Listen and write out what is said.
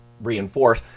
reinforce